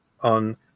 on